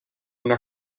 una